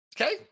Okay